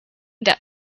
that